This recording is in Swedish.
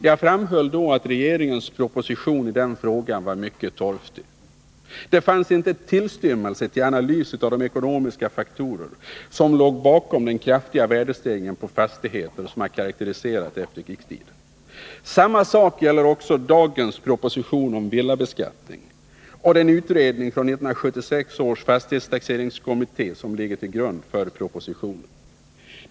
Jag framhöll då att regeringens proposition i den frågan var mycket torftig. Det fanns inte en tillstymmelse till analys av de ekonomiska faktorer som låg bakom den kraftiga värdestegring på fastigheter som karakteriserat efterkrigstiden. Samma sak gäller dagens proposition om villabeskattning och den utredning från 1976 års fastighetstaxeringskommitté som ligger till grund för propositionen.